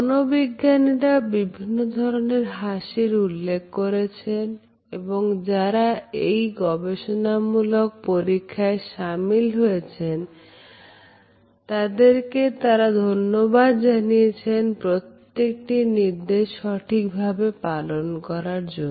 মনোবিজ্ঞানীরা বিভিন্ন ধরনের হাসির উল্লেখ করেছেন এবং যারা এই গবেষণামূলক পরীক্ষায় সামিল হয়েছেন তাদেরকে তারা ধন্যবাদ জানিয়েছেন প্রত্যেকটি নির্দেশ সঠিকভাবে পালন করার জন্য